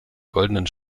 goldenen